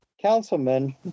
councilmen